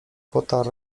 potarł